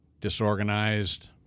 disorganized